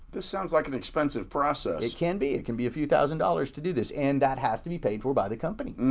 this sounds like an expensive process. it can be. it can be a few thousand dollars to do this and that has to be paid for by the company.